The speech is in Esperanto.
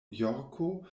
jorko